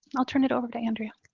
i'll turn it over to andrea.